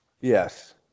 yes